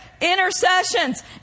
intercessions